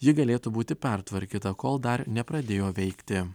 ji galėtų būti pertvarkyta kol dar nepradėjo veikti